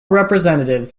representatives